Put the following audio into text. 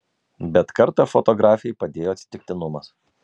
bet kartą fotografei padėjo atsitiktinumas